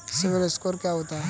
CIBIL score क्या होता है?